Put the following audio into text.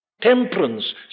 temperance